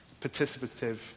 participative